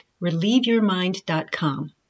relieveyourmind.com